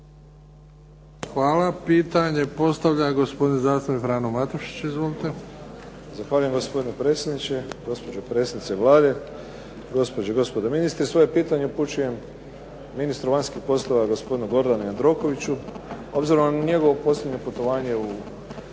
Hvala. Pitanje postavlja gospodin zastupnik Frano Matušić, izvolite. **Matušić, Frano (HDZ)** Zahvaljujem gospodine predsjedniče, gospođo predsjednice Vlade, gospođo i gospodo ministri. Svoje pitanje upućujem ministru vanjskih poslova, gospodinu Gordanu Jandrokoviću, obzirom na njegovo posljednje putovanje u